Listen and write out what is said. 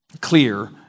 clear